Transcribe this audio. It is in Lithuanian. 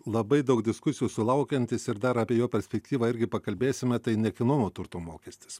labai daug diskusijų sulaukiantis ir dar apie jo perspektyvą irgi pakalbėsime tai nekilnojamo turto mokestis